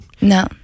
No